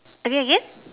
again again